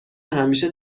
همیشه